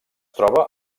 troba